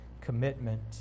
commitment